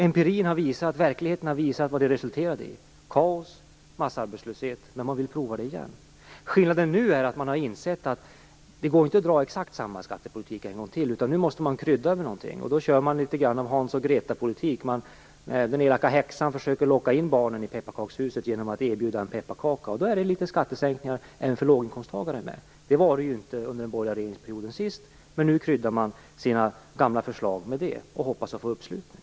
Empirin, verkligheten, har visat vad det resulterade i; kaos och massarbetslöshet. Ändå vill man pröva det igen. Skillnaden nu är att man har insett att det inte går att dra exakt skattepolitik en gång till. Nu måste man krydda med någonting. Man kör med litet Hans-och Greta-politik. Den elaka häxan försöker locka in barnen i pepparkakshuset genom att erbjuda en pepparkaka. Då finns litet skattesänkningar även för låginkomsttagare med. Det var det ju inte under den borgerliga regeringsperioden sist, men nu kryddar man sina gamla förslag med detta och hoppas få uppslutning.